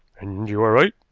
and you are right,